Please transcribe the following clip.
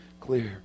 clear